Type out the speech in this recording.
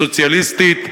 סוציאליסטית,